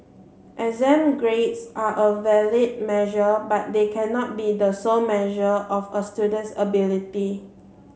exam grades are a valid measure but they cannot be the sole measure of a student's ability